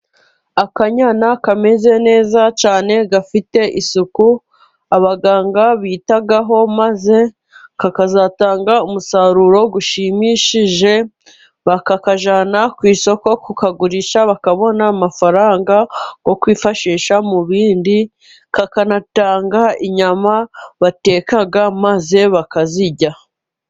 Akanyana kameze neza cyane, gafite isuku, abaganga bitaho maze kakazatanga umusaruro ushimishije, bakakajyana ku isoko, kukagurisha bakabona amafaranga yo kwifashisha mu bindi, kakanatanga inyama bateka maze bakazirya.